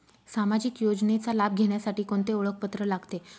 सामाजिक योजनेचा लाभ घेण्यासाठी कोणते ओळखपत्र लागते?